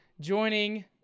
joining